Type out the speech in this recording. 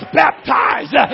baptized